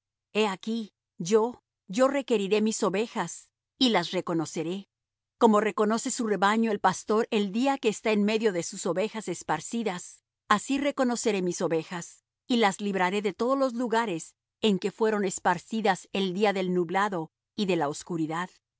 he aquí yo yo requeriré mis ovejas y las reconoceré como reconoce su rebaño el pastor el día que está en medio de sus ovejas esparcidas así reconoceré mis ovejas y las libraré de todos los lugares en que fueron esparcidas el día del nublado y de la oscuridad